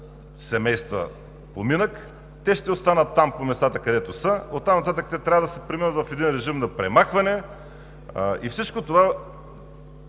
семейства поминък, ще останат там по местата, където са, оттам нататък те трябва да преминат в един режим на премахване. Всичко това